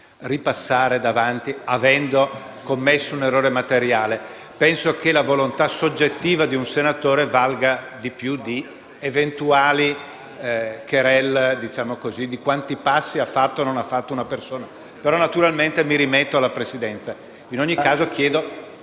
rivotare, avendo commesso un errore materiale. Penso che la volontà soggettiva di un senatore valga più di eventuali *querelle* e di quanti passi abbia fatto o non abbia fatto una persona. Naturalmente, mi rimetto alla Presidenza. In ogni caso, se